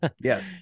Yes